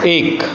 एक